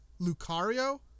Lucario